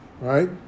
right